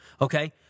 Okay